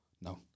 no